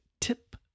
tip